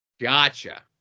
gotcha